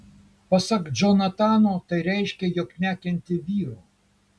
pasak džonatano tai reiškia jog nekenti vyrų